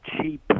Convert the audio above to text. cheap